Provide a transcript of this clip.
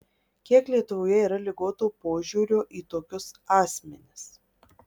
kiek lietuvoje yra ligoto požiūrio į tokius asmenis